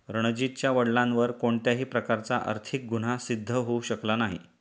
रणजीतच्या वडिलांवर कोणत्याही प्रकारचा आर्थिक गुन्हा सिद्ध होऊ शकला नाही